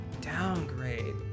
downgrade